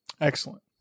Excellent